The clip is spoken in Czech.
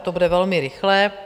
To bude velmi rychlé.